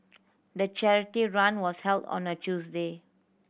the charity run was held on a Tuesday